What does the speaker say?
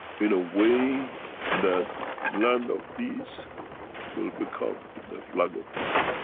in a way that land of peace will become the flag of peace.